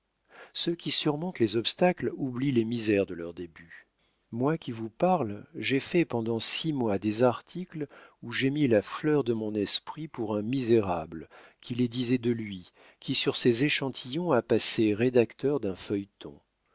ceux qui surmontent les obstacles oublient les misères de leur début moi qui vous parle j'ai fait pendant six mois des articles où j'ai mis la fleur de mon esprit pour un misérable qui les disait de lui qui sur ces échantillons a passé rédacteur d'un feuilleton